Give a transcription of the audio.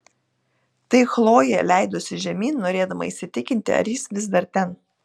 tai chlojė leidosi žemyn norėdama įsitikinti ar jis vis dar ten